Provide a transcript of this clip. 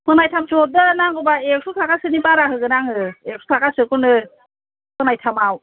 फोनायथामसो हरदो नांगौबा एक्स' थाखासोनि बारा होगोन आङो एक्स' थाखासोखौनो फोनायथामाव